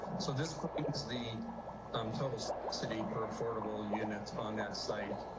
so this is the um total city per affordable units on that site.